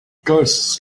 curses